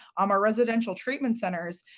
um our residential treatment centers,